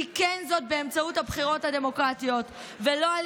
תיקן זאת באמצעות הבחירות הדמוקרטיות ולא על